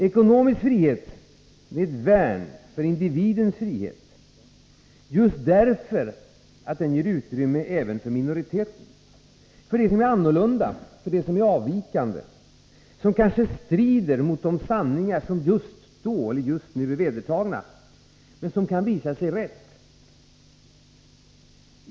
Ekonomisk frihet är ett värn för individens frihet just därför att den ger utrymme även för minoriteten, för det annorlunda och avvikande, som kanske strider mot den sanning som just nu är vedertagen, men som mycket väl kan visa sig riktigt.